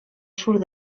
surt